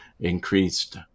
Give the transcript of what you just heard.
increased